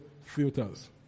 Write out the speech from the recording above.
filters